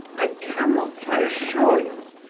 i cannot, i assure you.